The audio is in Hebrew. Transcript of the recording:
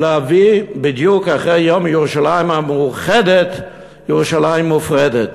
בדיוק אחרי יום ירושלים המאוחדת, ירושלים מופרדת.